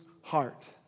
heart